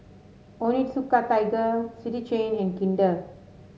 Onitsuka Tiger City Chain and Kinder